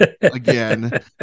again